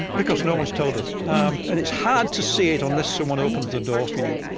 because no one's told us. um and it's hard to see it unless someone opens the door for you.